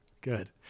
Good